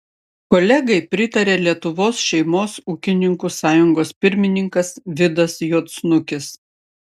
kolegai pritarė lietuvos šeimos ūkininkų sąjungos pirmininkas vidas juodsnukis